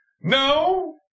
No